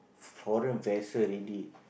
foreign vessel already